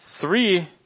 three